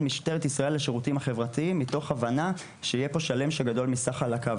משטרת ישראל לשירותים החברתיים מתוך הבנה שיהיה פה שלם שגדול מסך חלקיו.